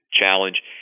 challenge